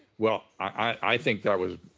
well, i think that was.